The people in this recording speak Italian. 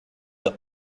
the